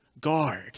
guard